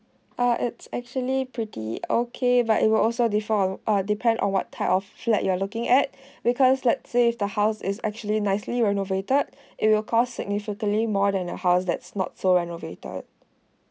ah it's actually pretty okay but it will also deform uh depend on what type of flat you're looking at because let's say the house is actually nicely renovated it will cost significantly more than a house that's not so renovated